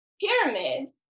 pyramid